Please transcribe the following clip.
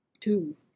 Two